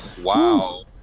Wow